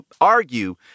argue